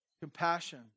compassion